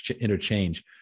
interchange